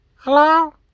Hello